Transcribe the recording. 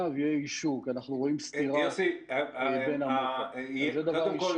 ויהיה --- כי אנחנו רואים סתירה --- קודם כל,